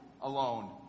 alone